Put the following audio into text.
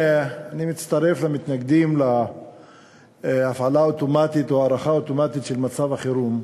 אני מצטרף למתנגדים להפעלה אוטומטית או הארכה אוטומטית של מצב החירום,